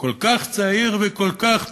כל כך צעיר וכל כך תכמן,